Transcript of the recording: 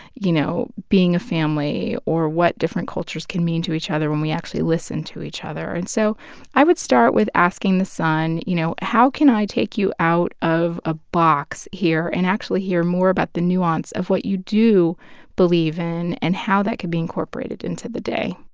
you know, being a family or what different cultures can mean to each other when we actually listen to each other and so i would start with asking the son, you know, how can i take you out of a box here and actually hear more about the nuance of what you do believe in and how that could be incorporated into the day?